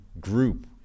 group